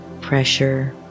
pressure